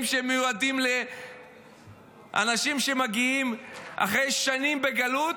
שמיועדים לאנשים שמגיעים אחרי שנים בגלות?